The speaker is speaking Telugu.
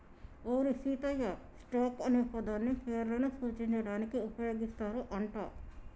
ఓరి సీతయ్య, స్టాక్ అనే పదాన్ని పేర్లను సూచించడానికి ఉపయోగిస్తారు అంట